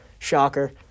Shocker